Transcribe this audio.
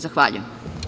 Zahvaljujem.